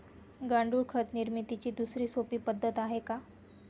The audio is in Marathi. गांडूळ खत निर्मितीची दुसरी सोपी पद्धत आहे का?